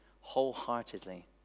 wholeheartedly